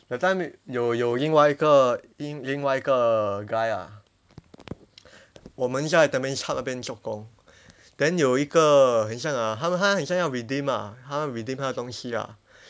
that time 有有另外一个另另外一个 guy ah 我们在 the main shop 那边做工 then 有一个很像 ah 他他很像要 redeem ah 他要 redeem 他的东西啊